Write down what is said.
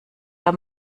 der